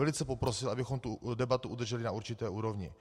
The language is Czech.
Velice bych poprosil, abychom debatu udrželi na určité úrovni.